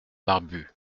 barbu